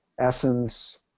essence